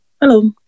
Hello